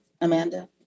Amanda